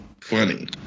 funny